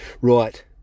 Right